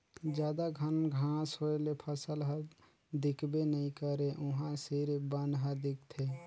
जादा घन घांस होए ले फसल हर दिखबे नइ करे उहां सिरिफ बन हर दिखथे